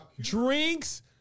Drinks